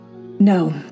No